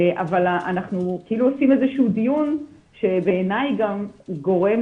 אבל אנחנו עושים איזשהו דיון שבעיני גם הוא גורם